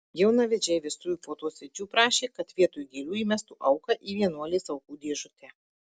jaunavedžiai vestuvių puotos svečių prašė kad vietoj gėlių įmestų auką į vienuolės aukų dėžutę